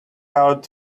out